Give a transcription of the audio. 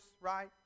right